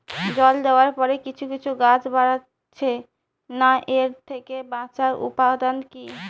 জল দেওয়ার পরে কিছু কিছু গাছ বাড়ছে না এর থেকে বাঁচার উপাদান কী?